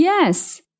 Yes